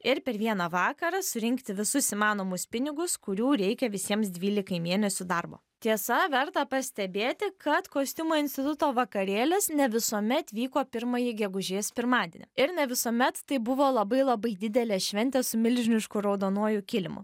ir per vieną vakarą surinkti visus įmanomus pinigus kurių reikia visiems dvylikai mėnesių darbo tiesa verta pastebėti kad kostiumo instituto vakarėlis ne visuomet vyko pirmąjį gegužės pirmadienį ir ne visuomet tai buvo labai labai didelė šventė su milžinišku raudonuoju kilimu